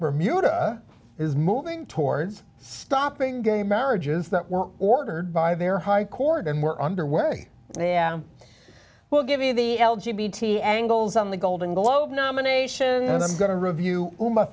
bermuda is moving towards stopping gay marriages that were ordered by their high court and were underway yeah we'll give you the l g b t angles on the golden globe nomination and i'm going to review